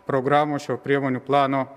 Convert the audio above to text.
programos šio priemonių plano